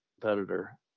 competitor